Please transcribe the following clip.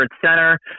center